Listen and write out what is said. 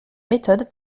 méthode